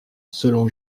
selon